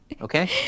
okay